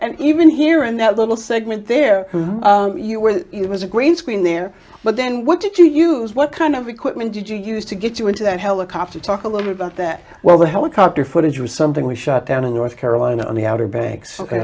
and even here in that little segment there you were it was a green screen there but then what did you use what kind of equipment did you use to get you into that helicopter talk a little bit about that well the helicopter footage was something we shot down in north carolina on the outer banks a